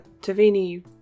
Tavini